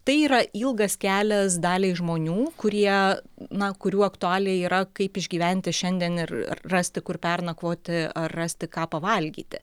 tai yra ilgas kelias daliai žmonių kurie na kurių aktualija yra kaip išgyventi šiandien ir rasti kur pernakvoti ar rasti ką pavalgyti